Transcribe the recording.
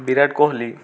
Virat Kohli